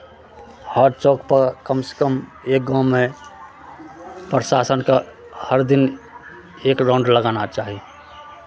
हर चौकपर कमसँ कम एक गाँवमे प्रशासनके हर दिन एक राउंड लगाना चाही